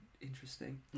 interesting